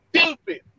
stupid